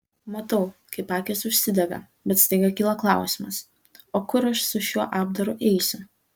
matau kaip akys užsidega bet staiga kyla klausimas o kur aš su šiuo apdaru eisiu